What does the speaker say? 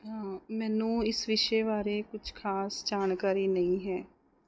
ਮੈਨੂੰ ਇਸ ਵਿਸ਼ੇ ਬਾਰੇ ਕੁੱਛ ਖਾਸ ਜਾਣਕਾਰੀ ਨਹੀਂ ਹੈ